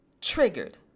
triggered